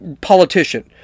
politician